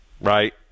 right